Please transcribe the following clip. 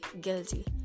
guilty